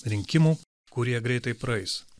rinkimų kurie greitai praeis